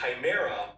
chimera